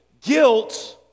guilt